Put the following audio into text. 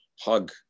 hug